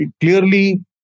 clearly